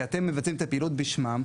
כי אתם מבצעים את הפעילות בשמם,